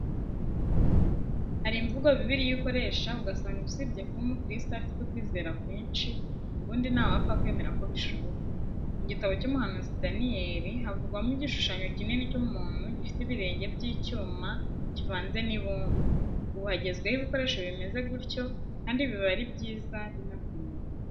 Hari imvugo Bibiliya ikoresha ugasanga usibye kuba umukirisitu afite ukwizera kwinshi, ubundi ntawapfa kwemera ko bishoboka. Mu gitabo cy'umuhanuzi Daniyeli, havugwamo igishushanyo kinini cy'umuntu gifite ibirenge by'icyuma kivanze n'ibumba. Ubu hagezweho ibikoresho bimeze gutyo kandi biba ari byiza, binakomeye.